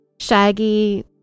shaggy